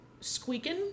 squeaking